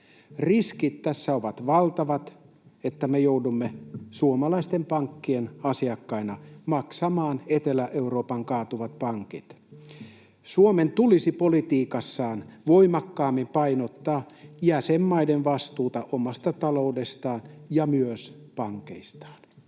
riskit siitä, että me joudumme suomalaisten pankkien asiakkaina maksamaan Etelä-Euroopan kaatuvat pankit. Suomen tulisi politiikassaan voimakkaammin painottaa jäsenmaiden vastuuta omasta taloudestaan ja myös pankeistaan.